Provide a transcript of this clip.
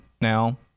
Now